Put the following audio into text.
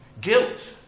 Guilt